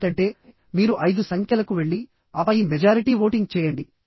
అంటే మెంబర్ యొక్క critical section rupture కి లోనవుతుంది